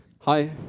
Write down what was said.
Hi